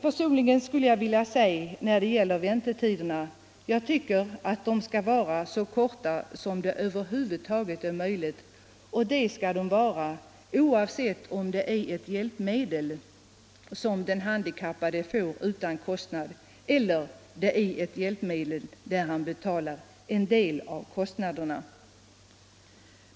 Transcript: Personligen tycker jag att väntetiderna skall vara så korta som det över huvud taget är möjligt, oavsett om det är fråga om ett hjälpmedel som den handikappade får utan kostnad eller ett hjälpmedel för vilket han betalar en del av kostnaderna.